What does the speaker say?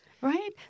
right